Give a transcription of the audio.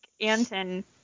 Anton